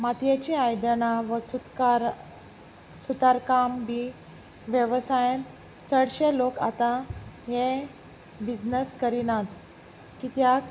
मातयेचीं आयदनां वूतकार सुतारकाम बी वेवसायान चडशे लोक आतां हे बिजनस करिनात कित्याक